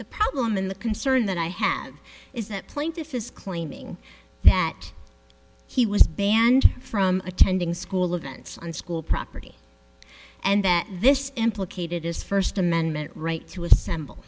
the problem and the concern that i have is that plaintiff is claiming that he was banned from attending school events on school property and that this implicated his first amendment right to assemble